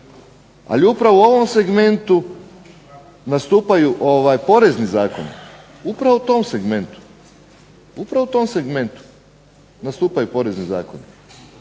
Ali upravo u ovom segmentu nastupaju porezni zakoni, upravo u tom segmentu, nastupaju porezni zakoni.